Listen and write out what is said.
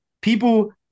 people